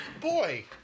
Boy